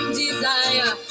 desire